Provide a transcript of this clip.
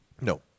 No